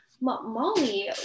Molly